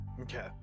okay